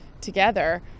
together